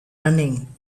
running